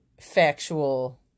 factual